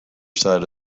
side